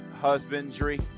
husbandry